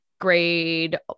grade